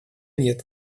нет